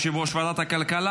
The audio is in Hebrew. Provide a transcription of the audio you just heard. יושב-ראש ועדת הכלכלה.